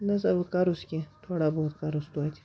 نسا وۅنۍ کَرُس کیٚنٛہہ تھوڑا بہت کَرُس توتہِ